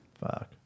Fuck